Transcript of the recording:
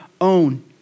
own